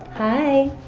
hi.